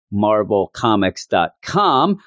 marvelcomics.com